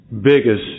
biggest